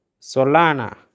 Solana